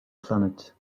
planet